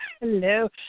Hello